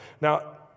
Now